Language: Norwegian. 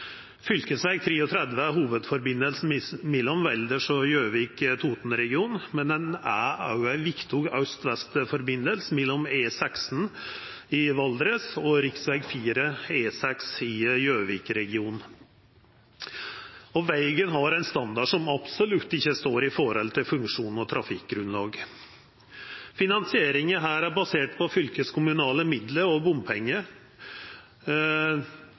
mellom Valdres og Gjøvik/Toten-regionen, men det er òg eit viktig aust–vest-samband mellom E16 i Valdres og rv. 4 og E6 i Gjøvik-regionen. Vegen har ein standard som absolutt ikkje står i forhold til funksjonen og trafikkgrunnlaget. Finansieringa er basert på fylkeskommunale midlar og